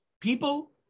people